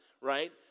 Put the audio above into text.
right